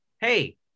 hey